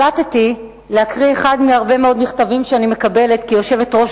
החלטתי להקריא אחד מהרבה מאוד מכתבים שאני מקבלת כיושבת-ראש